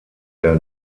der